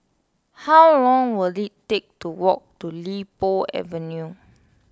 how long will it take to walk to Li Po Avenue